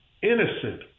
Innocent